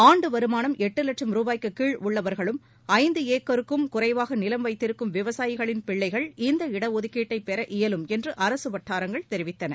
ஆண்டு வருமானம் எட்டு லட்சம் ரூபாய்க்கு கீழ் உள்ளவர்களும் ஐந்து ஏக்கருக்கும் குறைவாக நிலம் வைத்திருக்கும் விவசாயிகளின் பிள்ளைகளும் இந்த இடஒதுக்கீட்டட்பெற இயலும் என்று அரசு வட்டாரங்கள் தெரிவித்தன